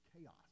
chaos